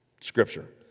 Scripture